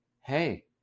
hey